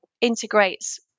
integrates